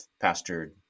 pastured